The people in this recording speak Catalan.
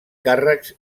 càrrecs